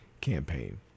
campaign